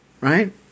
right